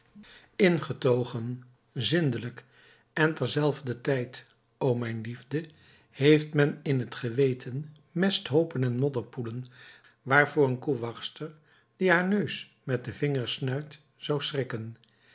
ingetogen zindelijk en terzelfdertijd o mijn liefde heeft men in het geweten mesthoopen en modderpoelen waarvoor een koewachtster die haar neus met de vingers snuit zou schrikken